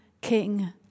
king